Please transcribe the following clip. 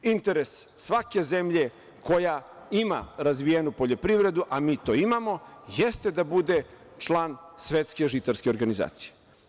Interes svake zemlje, koja ima razvijenu poljoprivredu, a mi to imamo, jeste da bude član Svetske žitarske organizacije.